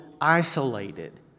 isolated